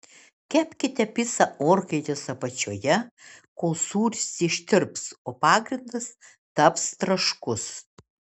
kepkite picą orkaitės apačioje kol sūris ištirps o pagrindas taps traškus